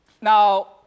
Now